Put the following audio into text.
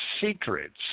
secrets